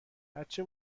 بچه